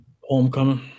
Homecoming